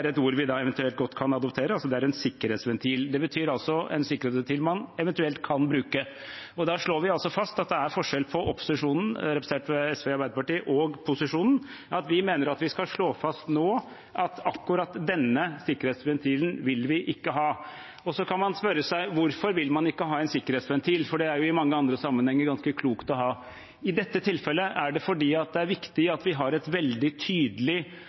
et ord vi eventuelt godt kan adoptere. Det betyr altså at det er en sikkerhetsventil man eventuelt kan bruke. Da slår vi fast at det er forskjell på opposisjonen, representert ved SV og Arbeiderpartiet, og posisjonen. Vi mener at vi skal slå fast nå at akkurat denne sikkerhetsventilen vil vi ikke ha. Så kan man spørre seg om hvorfor man ikke vil ha en sikkerhetsventil, for det er i mange andre sammenhenger ganske klokt å ha. I dette tilfellet er det fordi det er viktig at vi har et veldig tydelig